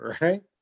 Right